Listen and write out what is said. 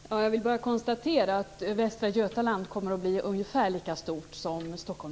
Herr talman! Jag vill bara konstatera att Västra Götaland kommer att bli ungefär lika stort som